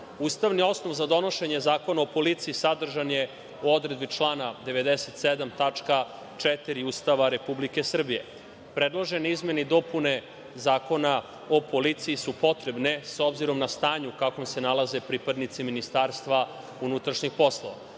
mestu. Ustavni osnov za donošenje Zakona o policiji sadržan je u odredbi člana 97. tačka 4) Ustava Republike Srbije. Predložene izmene i dopune Zakona o policiji su potrebne, s obzirom na stanje u kakvom se nalaze pripadnici Ministarstva unutrašnjih poslova. Stanje